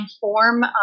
form